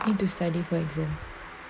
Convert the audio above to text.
need to study for exam